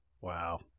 Wow